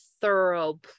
thorough